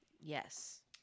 Yes